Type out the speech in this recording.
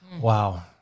Wow